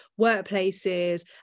workplaces